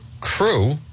crew